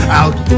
out